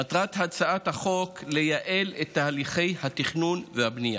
מטרת הצעת החוק היא לייעל את תהליכי התכנון והבנייה.